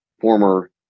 former